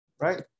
Right